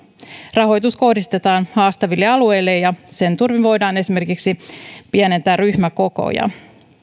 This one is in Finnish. rahoitus kohdistetaan haastaville alueille ja sen turvin voidaan esimerkiksi pienentää ryhmäkokoja